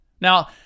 Now